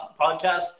podcast